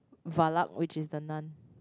Valak which is the nun